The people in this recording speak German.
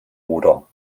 oder